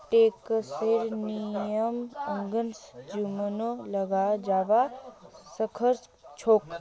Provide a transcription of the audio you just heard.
टैक्सेर नियमेर संगअ जुर्मानो लगाल जाबा सखछोक